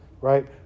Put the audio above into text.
right